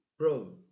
Bro